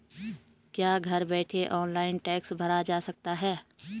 क्या घर बैठे ऑनलाइन टैक्स भरा जा सकता है?